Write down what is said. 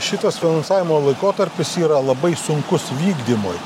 šitas finansavimo laikotarpis yra labai sunkus vykdymui